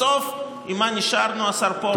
בסוף, עם מה נשארו, השר פרוש?